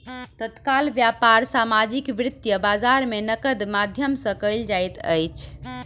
तत्काल व्यापार सामाजिक वित्तीय बजार में नकदक माध्यम सॅ कयल जाइत अछि